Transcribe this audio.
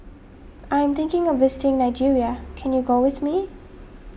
I am thinking of visiting Nigeria can you go with me